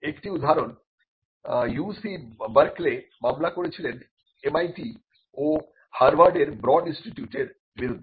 একটি উদাহরণ UC Berkeley মামলা করেছিলেন MIT ও হার্বার্ডের ব্রড ইনস্টিটিউটের বিরুদ্ধে